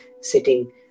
sitting